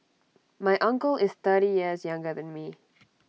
my uncle is thirty years younger than me